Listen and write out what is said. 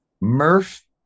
Murph